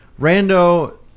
Rando